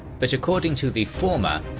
but according to the former,